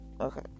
Okay